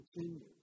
continue